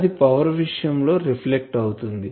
అది పవర్ విషయం లో రిఫ్లెక్ట్ అవుతుంది